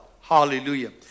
Hallelujah